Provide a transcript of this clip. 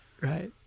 Right